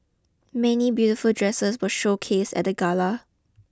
many beautiful dresses were showcased at the Gala